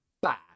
bad